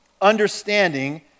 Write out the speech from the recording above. understanding